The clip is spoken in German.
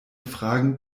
fragen